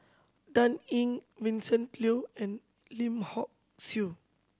Dan Ying Vincent Leow and Lim Hock Siew